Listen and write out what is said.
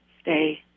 stay